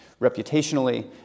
Reputationally